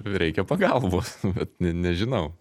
reikia pagalbos bet ne nežinau